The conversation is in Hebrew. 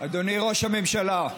אדוני ראש הממשלה,